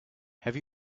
have